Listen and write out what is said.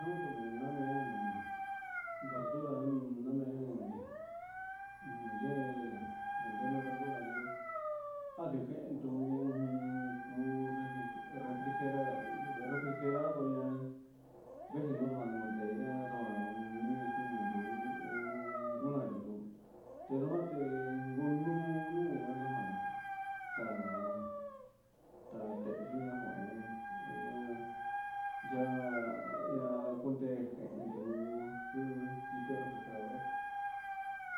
Gutu namee verdura namee yee a ndeme verdura yo andujehen ndu cuu refri refrigerar refrigerado ian vejinu ndua ni jundi muu una ndi u un nuun saa taa tehe uu yaa ian cundee jehen refrigerador